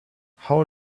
how